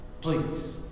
Please